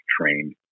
trained